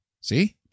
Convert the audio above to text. See